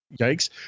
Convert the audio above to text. yikes